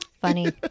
funny